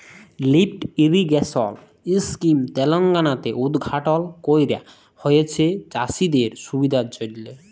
lift irrigation scheme তেলেঙ্গালাতে উদঘাটল ক্যরা হঁয়েছে চাষীদের সুবিধার জ্যনহে